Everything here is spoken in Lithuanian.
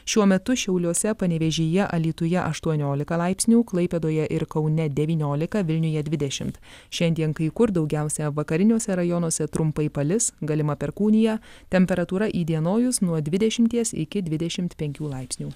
šiuo metu šiauliuose panevėžyje alytuje aštuoniolika laipsnių klaipėdoje ir kaune devyniolika vilniuje dvidešimt šiandien kai kur daugiausia vakariniuose rajonuose trumpai palis galima perkūnija temperatūra įdienojus nuo dvidešimties iki dvidešimt penkių laipsnių